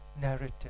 narrative